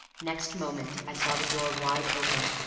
next moment i saw the door wide open,